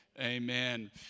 Amen